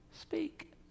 speak